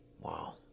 Wow